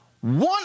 One